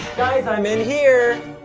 guys i'm in here.